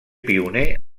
pioner